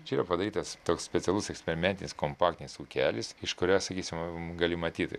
čia yra padarytas toks specialus eksperimentinis kompaktinis ūkelis iš kurio sakysime gali matyti